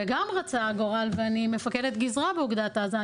וגם רצה הגורל ואני מפקדת גזרה באוגדת עזה,